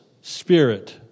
spirit